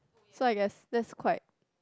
so I guess that's quite